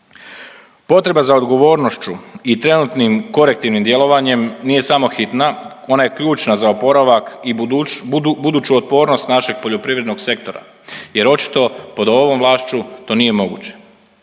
Potreba za odgovornošću i trenutnim korektivnim djelovanjem nije samo hitna, ona je ključna za oporavak i buduću otpornost našeg poljoprivrednog sektora, jer očito pod ovom vlašću to nije moguće.